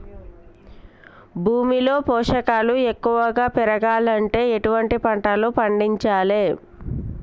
భూమిలో పోషకాలు ఎక్కువగా పెరగాలంటే ఎటువంటి పంటలు పండించాలే?